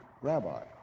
rabbi